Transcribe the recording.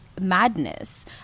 madness